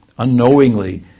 Unknowingly